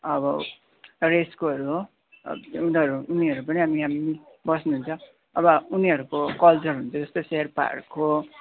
अब रेसकोहरू हो उनीहरू उनीहरू पनि हाम्रो यहाँनिर बस्नुहुन्छ अब उनीहरूको कल्चर हुन्छ जस्तै शेर्पाहरूको